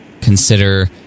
consider